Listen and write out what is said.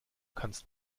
kannst